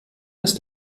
ist